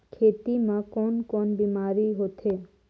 खैनी म कौन कौन बीमारी होथे?